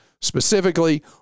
specifically